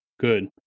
good